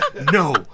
no